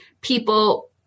people